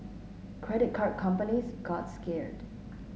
credit card companies got scared